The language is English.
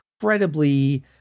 incredibly